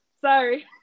Sorry